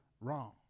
wrong